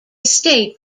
state